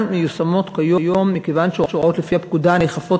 מיושמות כיום מכיוון שהוראות לפי הפקודה נאכפות